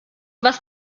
was